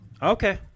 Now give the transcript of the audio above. Okay